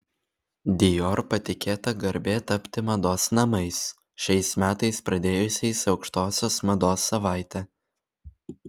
dior patikėta garbė tapti mados namais šiais metais pradėjusiais aukštosios mados savaitę